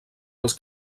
als